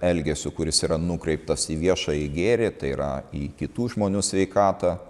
elgesiu kuris yra nukreiptas į viešąjį gėrį tai yra į kitų žmonių sveikatą